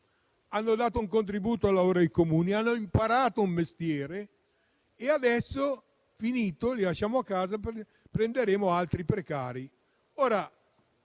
hanno dato un contributo al lavoro dei Comuni, hanno imparato un mestiere e adesso vengono mandati a casa per assumere altri precari.